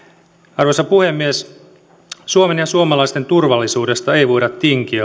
arvoisa puhemies suomen ja suomalaisten turvallisuudesta ei voida tinkiä